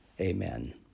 amen